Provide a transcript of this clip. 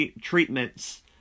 treatments